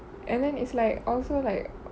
and then is like also like